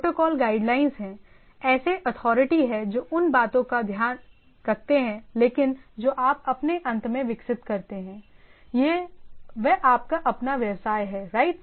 protocol guidelines हैं ऐसे authority हैं जो उन बातों का ध्यान रखते हैंलेकिन जो आप अपने अंत में विकसित करते हैं वह आपका अपना व्यवसाय है राइट